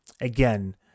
again